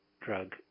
drug